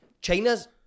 china's